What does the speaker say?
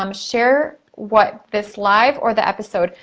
um share what, this live, or the episode?